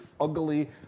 ugly